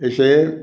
ऐसे